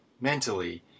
mentally